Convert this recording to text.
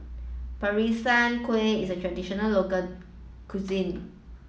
Peranakan Kueh is a traditional local cuisine